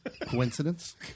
Coincidence